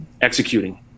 executing